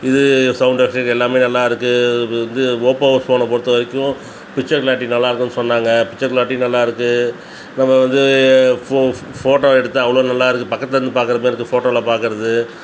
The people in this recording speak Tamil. இது சவுண்ட் எபெக்ட் எல்லாமே நல்லாருக்குது இது வந்து ஒப்போ ஃபோனை பொறுத்த வரைக்கும் பிக்ச்சர் கிளாரிட்டி நல்லாருக்கும்னு சொன்னாங்கள் பிக்ச்சர் கிளாரிட்டி நல்லாருக்குது நம்ம வந்து போட்டோ எடுத்தால் அவ்வளோ நல்லாருக்குது பக்கத்தில் இருந்து பார்க்குற மாரி இருக்குது போட்டோவில பார்க்குறது